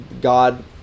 God